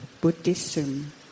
Buddhism